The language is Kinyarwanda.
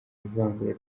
ivangura